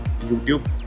YouTube